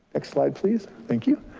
next slide, please, thank you.